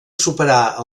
superar